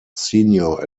senior